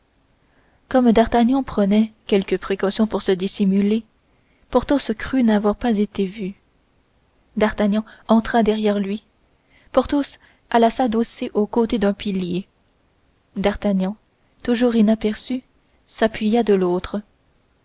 comme d'artagnan prenait quelques précautions pour se dissimuler porthos crut n'avoir pas été vu d'artagnan entra derrière lui porthos alla s'adosser au côté d'un pilier d'artagnan toujours inaperçu s'appuya de l'autre